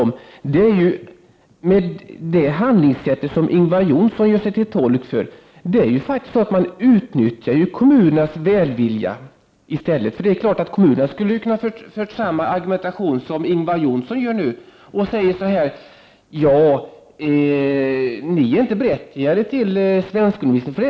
Men med det handlingssätt som Ingvar Johnsson gör sig till tolk för utnyttjas faktiskt kommunernas välvilja. Kommunerna skulle ju ha kunnat argumentera på samma sätt som Ingvar Johnsson gör nu och sagt att dessa invandrare inte är berättigade till svenskundervisning.